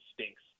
stinks